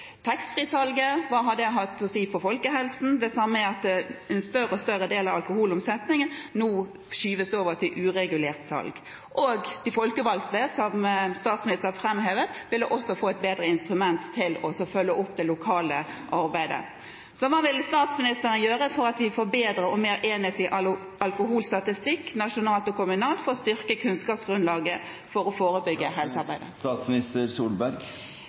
hva det har hatt å si for folkehelsen. Det samme kunne vi ha sett med at en større og større del av alkoholomsetningen nå skyves over til uregulert salg. De folkevalgte ville også – som statsministeren framhevet – ha fått et bedre instrument til å følge opp det lokale arbeidet. Hva vil statsministeren gjøre for at vi skal få en bedre og mer enhetlig alkoholstatistikk, nasjonalt og kommunalt, for å styrke kunnskapsgrunnlaget for det forebyggende helsearbeidet?